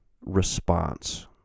response